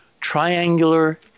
triangular